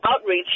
outreach